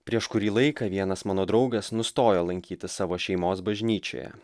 prieš kurį laiką vienas mano draugas nustojo lankytis savo šeimos bažnyčioje